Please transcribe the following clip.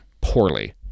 poorly